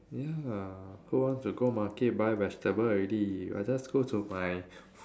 ya who want to go market buy vegetable already I just go to my